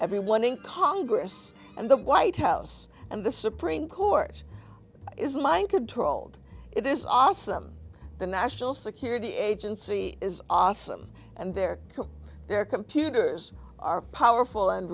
everyone in congress and the white house and the supreme court is mind could told it is awesome the national security agency is awesome and their their computers are powerful and